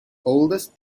oldest